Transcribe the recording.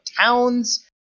towns